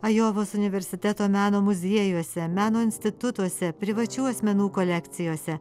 ajovos universiteto meno muziejuose meno institutuose privačių asmenų kolekcijose